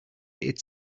its